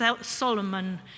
Solomon